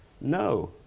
No